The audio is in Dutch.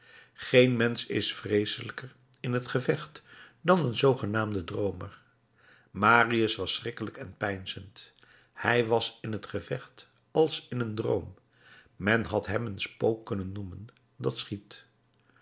geen mensch is vreeselijker in het gevecht dan een zoogenaamde droomer marius was schrikkelijk en peinzend hij was in het gevecht als in een droom men had hem een spook kunnen noemen dat schiet